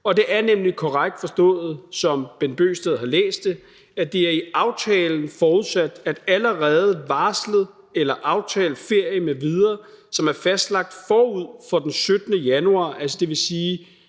det er nemlig korrekt forstået, som hr. Bent Bøgsted har læst det, at det i aftalen er forudsat, at allerede varslet eller aftalt ferie m.v., som er fastlagt forud for den 17. januar, altså efter